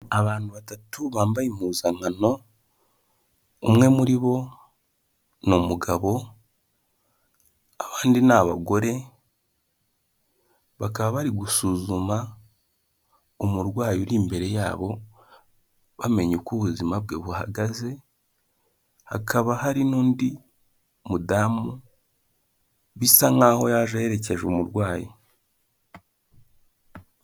Abantu batatu bambaye impuzankano, umwe muri bo ni umugabo abandi ni abagore, bakaba bari gusuzuma umurwayi uri imbere yabo bamenya uko ubuzima bwe buhagaze, hakaba hari n'undi mudamu bisa nk'aho yaje aherekeje umurwayi.